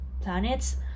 planets